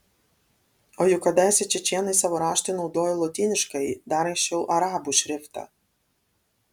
o juk kadaise čečėnai savo raštui naudojo lotyniškąjį dar anksčiau arabų šriftą